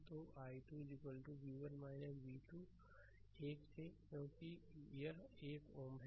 तो i2 v1 v2 1 से क्योंकि यह 1 Ω है